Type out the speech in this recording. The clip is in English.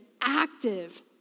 active